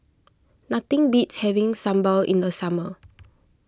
nothing beats having Sambal in the summer